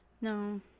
No